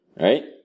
right